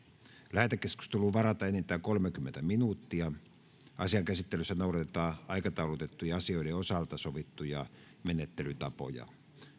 lähetekeskusteluun varataan enintään kolmekymmentä minuuttia asian käsittelyssä noudatetaan aikataulutettujen asioiden osalta sovittuja menettelytapoja